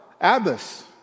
Abbas